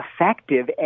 effective